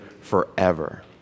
forever